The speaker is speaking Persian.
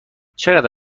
چقدر